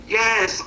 yes